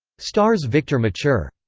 stars victor mature.